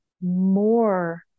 more